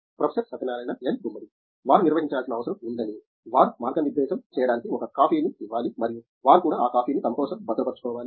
professor Satyanarayana N Gummadi వారు నిర్వహించాల్సిన అవసరం ఉందని వారు మార్గనిర్దేశం చేయడానికి ఒక కాపీని ఇవ్వాలి మరియు వారు కూడా ఆ కాపీని తమ కోసం భద్రపరుచుకోవాలి